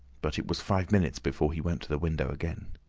but it was five minutes before he went to the window again.